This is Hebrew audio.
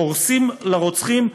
הורסים לרוצחים,